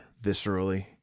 viscerally